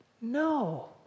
No